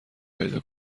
پیدا